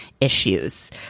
issues